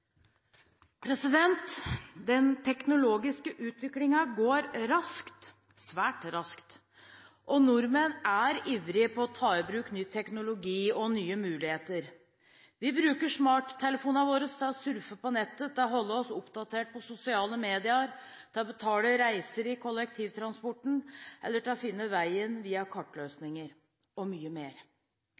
perioden. Den teknologiske utviklingen går raskt – svært raskt. Nordmenn er ivrige etter å ta i bruk ny teknologi og nye muligheter. Vi bruker smarttelefonene våre til å surfe på nettet, til å holde oss oppdatert på sosiale medier, til å betale reiser i kollektivtransporten eller til å finne veien via kartløsninger – og mye mer.